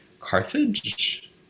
Carthage